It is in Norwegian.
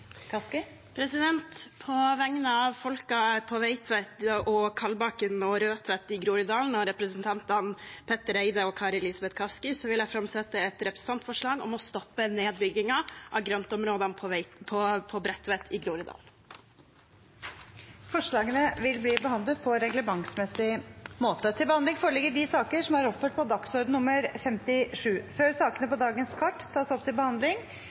På vegne av folka på Veitvet, Kalbakken og Rødtvet i Groruddalen og representanten Petter Eide og meg selv vil jeg framsette et representantforslag om å stoppe nedbyggingen av grøntområdene på Bredtvet i Groruddalen. Forslagene vil bli behandlet på reglementsmessig måte. Før sakene på dagens kart tas opp til behandling, vil presidenten opplyse om at møtet i dag fortsetter utover kl. 16. Sakene nr. 1–3 vil bli behandlet under ett. Sakene nr. 1–3 er andre gangs behandling